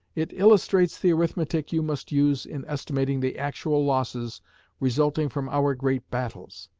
it illustrates the arithmetic you must use in estimating the actual losses resulting from our great battles.